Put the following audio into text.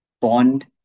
bond